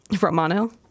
Romano